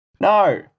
No